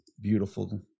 Beautiful